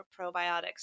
probiotics